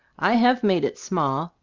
i have made it small,